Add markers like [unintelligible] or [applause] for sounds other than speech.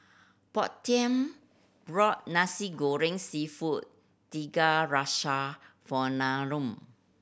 portia bought Nasi Goreng Seafood Tiga Rasa for [unintelligible]